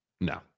No